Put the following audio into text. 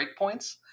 breakpoints